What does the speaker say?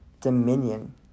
dominion